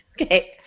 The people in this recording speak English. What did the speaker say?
Okay